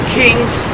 kings